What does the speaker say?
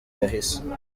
yahise